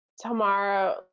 tomorrow